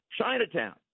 Chinatown